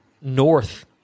north